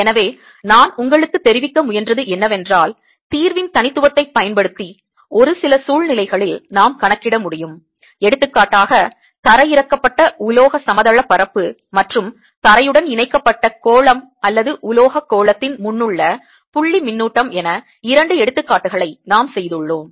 எனவே நான் உங்களுக்குத் தெரிவிக்க முயன்றது என்னவென்றால் தீர்வின் தனித்துவத்தைப் பயன்படுத்தி ஒரு சில சூழ்நிலைகளில் நாம் கணக்கிட முடியும் எடுத்துக்காட்டாக தரையிறக்கப்பட்ட தரையுடன் இணைக்கப்பட்ட உலோக சமதளப் பரப்பு மற்றும் தரையுடன் இணைக்கப்பட்ட கோளம் அல்லது உலோகக் கோளத்தின் முன்னுள்ள புள்ளி மின்னூட்டம் என இரண்டு எடுத்துக்காட்டுகளை நாம் செய்துள்ளோம்